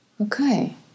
okay